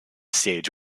stage